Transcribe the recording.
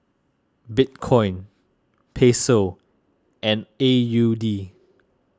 Bitcoin Peso and A U D